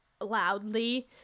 loudly